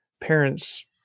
parents